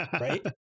right